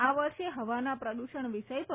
આ વર્ષે હવાના પ્રદૃષણ વિષય પર